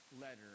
letter